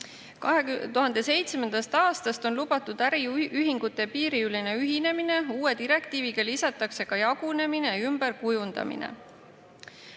2007. aastast on lubatud äriühingute piiriülene ühinemine, uue direktiiviga lisatakse ka jagunemine ja ümberkujundamine.